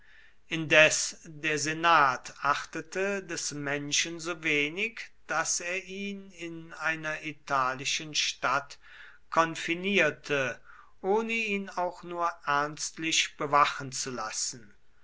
indes der senat achtete des menschen so wenig daß er ihn in einer italischen stadt konfinierte ohne ihn auch nur ernstlich bewachen zu lassen